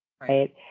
Right